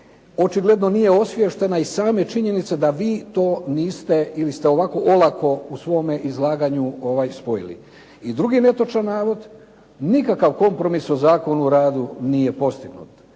očigledno nije osviještena iz same činjenice da vi to niste ili ste ovako olako u svome izlaganju spojili. I drugi netočan navod, nikakav kompromis o Zakonu o radu nije postignut.